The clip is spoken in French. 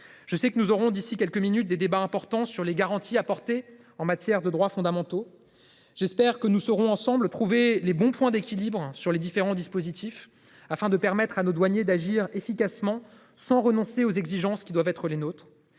Je sais que nous aurons d'ici quelques minutes des débats importants sur les garanties apportées en matière de droits fondamentaux. J'espère que nous serons ensemble, trouver les bons points d'équilibre sur les différents dispositifs afin de permettre à nos douaniers d'agir efficacement sans renoncer aux exigences qui doivent être les nôtres